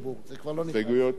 רשות דיבור.